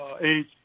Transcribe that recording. age